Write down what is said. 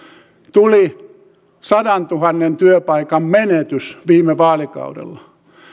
tuli sadantuhannen työpaikan menetys viime vaalikaudella